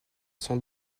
son